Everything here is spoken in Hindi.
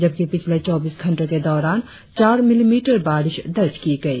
जबकि पिछले चौबीस घंटों के दौरान चार मिलीमीटर बारिश दर्ज की गई